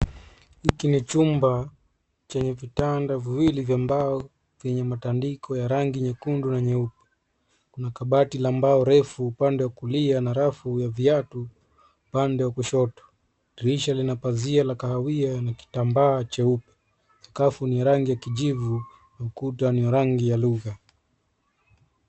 Hiki ni chumba chenye vitanda viwili vya mbao vyenye matandiko ya rangi nyekundu na nyeupe. Kuna kabati la mbao refu pande wa kulia na rafu ya viatu pande wa kushoto. Dirisha lina pazia la kahawia na kitambaa cheupe. Sakafu ni ya rangi ya kijivu na ukuta ni wa rangi ya lugha.